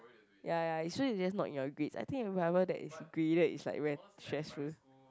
ya ya so it's just not in your grades I think whatever that is grade is like very stressful